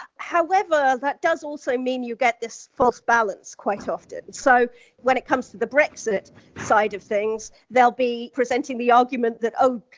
however, that does also mean you get this false balance quite often, so when it comes to the brexit side of things, they'll be presenting the argument that, oh,